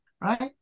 right